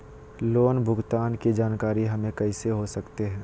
Loan भुगतान की जानकारी हम कैसे हो सकते हैं?